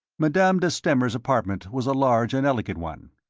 madame de stamer's apartment was a large and elegant one.